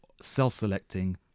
self-selecting